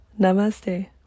Namaste